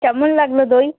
কেমন লাগল দই